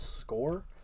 score